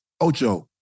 Ocho